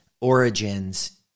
origins